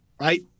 right